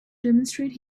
demonstrate